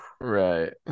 right